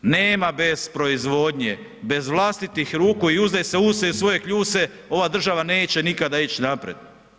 Nema bez proizvodnje, bez vlastitih ruku i uzdaj se u se i u svoje kljuse, ova država neće nikada ići naprijed.